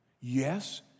Yes